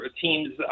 teams